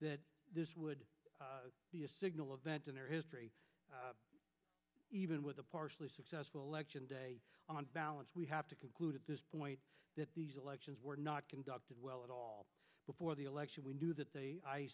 that this would be a signal of that in their history even with a partially successful election day on balance we have to conclude at this point that these elections were not conducted well at all before the election we knew that they